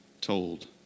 told